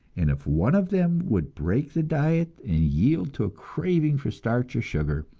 and if one of them would break the diet and yield to a craving for starch or sugar,